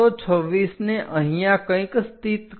126 ને અહીંયા કંઈક સ્થિત કરો